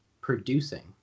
producing